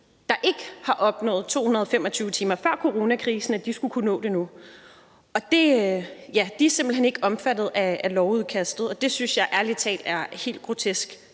der ikke har opnået 225 timer før coronakrisen, skulle kunne nå det nu. De er simpelt hen ikke omfattet af lovudkastet, og det synes jeg ærlig talt er helt grotesk;